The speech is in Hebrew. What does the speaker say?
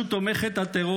תומכת הטרור,